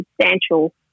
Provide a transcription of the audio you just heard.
substantial